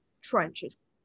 trenches